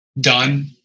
done